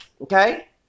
Okay